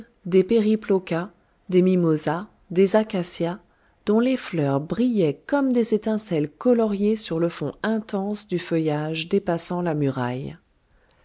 des périplocas des mimosas des acacias dont les fleurs brillaient comme des étincelles coloriées sur le fond intense du feuillage dépassant la muraille